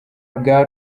bwa